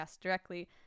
directly